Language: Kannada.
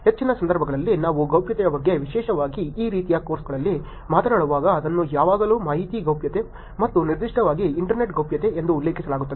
ಹೆಚ್ಚಿನ ಸಂದರ್ಭಗಳಲ್ಲಿ ನಾವು ಗೌಪ್ಯತೆಯ ಬಗ್ಗೆ ವಿಶೇಷವಾಗಿ ಈ ರೀತಿಯ ಕೋರ್ಸ್ಗಳಲ್ಲಿ ಮಾತನಾಡುವಾಗ ಅದನ್ನು ಯಾವಾಗಲೂ ಮಾಹಿತಿ ಗೌಪ್ಯತೆ ಮತ್ತು ನಿರ್ದಿಷ್ಟವಾಗಿ ಇಂಟರ್ನೆಟ್ ಗೌಪ್ಯತೆ ಎಂದು ಉಲ್ಲೇಖಿಸಲಾಗುತ್ತದೆ